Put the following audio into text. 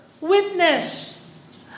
witness